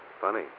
Funny